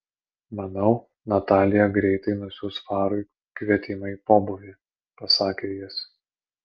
manau natalija greitai nusiųs farui kvietimą į pobūvį pasakė jis